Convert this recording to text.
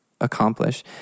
accomplish